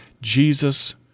Jesus